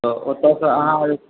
तऽ ओतयसँ अहाँ